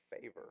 favor